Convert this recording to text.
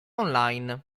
online